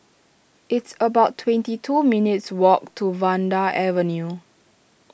it's about twenty two minutes' walk to Vanda Avenue